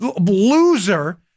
loser